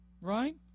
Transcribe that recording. Right